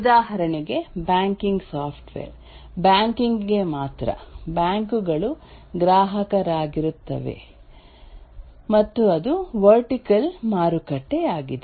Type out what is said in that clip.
ಉದಾಹರಣೆಗೆ banking software banking ಗೆ ಮಾತ್ರ ಬ್ಯಾಂಕು ಗಳು ಗ್ರಾಹಕರಾಗಿರುತ್ತವೆ ಮತ್ತು ಅದು ವರ್ಟಿಕಲ್ ಮಾರುಕಟ್ಟೆಯಾಗಿದೆ